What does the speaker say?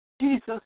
Jesus